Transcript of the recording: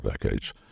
decades